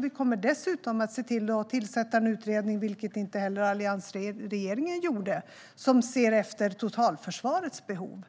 Vi kommer dessutom att se till att tillsätta en utredning, vilket alliansregeringen inte heller gjorde, som ser efter totalförsvarets behov.